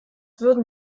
würden